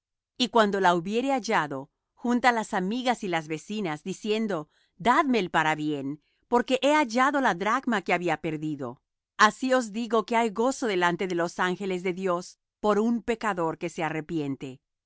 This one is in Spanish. y cuando la hubiere hallado junta las amigas y las vecinas diciendo dadme el parabién porque he hallado la dracma que había perdido así os digo que hay gozo delante de los ángeles de dios por un pecador que se arrepiente